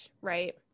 right